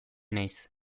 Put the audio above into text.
naiz